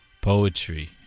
poetry